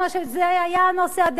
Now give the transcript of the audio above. הנושא הזה